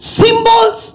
symbols